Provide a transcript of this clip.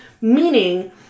meaning